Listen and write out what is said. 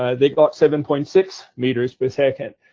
ah they got seven point six meters per second.